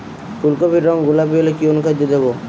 ফুল কপির রং গোলাপী হলে কি অনুখাদ্য দেবো?